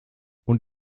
und